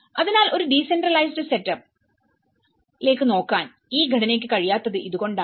അതിനാൽഒരു decentralised setup ലേക്ക് നോക്കാൻ ഈ ഘടനയ്ക്ക് കഴിയാത്തത് ഇത്കൊണ്ടാണ്